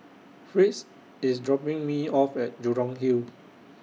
Fritz IS dropping Me off At Jurong Hill